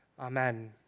Amen